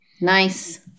Nice